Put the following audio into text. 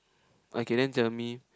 okay then tell me